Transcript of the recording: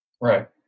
Right